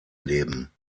leben